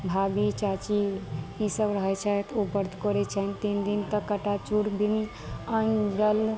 भाभी चाची ई सब रहै छथि ओ व्रत करै छै तीन दिन त लगातार बिन अन्न जल